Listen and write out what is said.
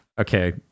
Okay